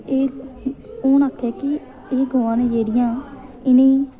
एह् कु'न आक्खै कि एह् गवां न जेह्ड़ियां एह्